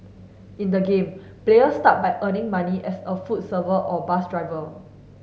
in the game players start by earning money as a food server or bus driver